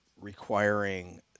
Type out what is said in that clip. requiring